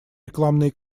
рекламные